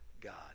God